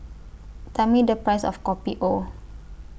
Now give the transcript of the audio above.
Tell Me The Price of Kopi O